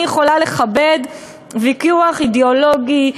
אני יכולה לכבד ויכוח אידיאולוגי,